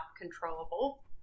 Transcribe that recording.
controllable